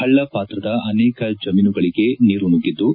ಪಳ್ಳದ ಪಾತ್ರದ ಅನೇಕ ಜಮೀನುಗಳಿಗೆ ನೀರು ಮಗ್ಗಿದ್ದು